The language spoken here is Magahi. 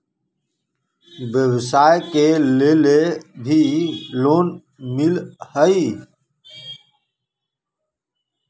व्यवसाय के लेल भी लोन मिलहई?